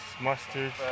mustard